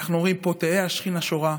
אנחנו אומרים, "פה תהא השכינה שורה,